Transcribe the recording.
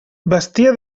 vestia